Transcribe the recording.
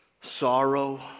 sorrow